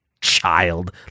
Child